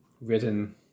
Written